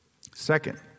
Second